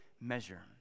measure